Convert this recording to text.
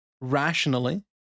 rationally